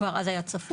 כבר אז היה צפוף,